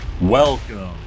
Welcome